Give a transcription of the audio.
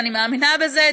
אני מאמינה בזה,